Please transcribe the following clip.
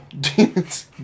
Demons